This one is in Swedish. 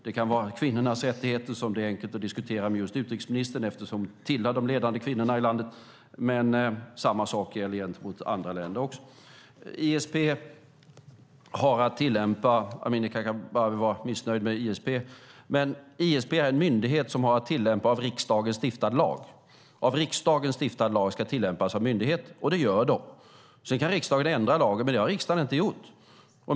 Det kan vara kvinnornas rättigheter, som det är enkelt att diskutera med just utrikesministern eftersom hon tillhör de ledande kvinnorna i landet. Men samma sak gäller gentemot andra länder också. Amineh Kakabaveh var missnöjd med ISP. Men ISP är en myndighet som har att tillämpa av riksdagen stiftad lag. Av riksdagen stiftad lag ska tillämpas av myndigheten, och det gör de. Sedan kan riksdagen ändra lagen, men det har riksdagen inte gjort.